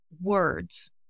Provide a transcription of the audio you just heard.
words